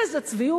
איזה צביעות.